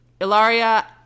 Ilaria